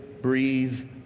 breathe